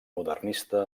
modernista